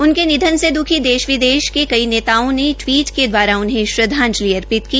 उनके निधन से दुखी देश विदेश के कई नेताओ ने टवीट के दवारा उन्हें श्रद्वाजंलि भैंट की